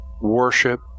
worship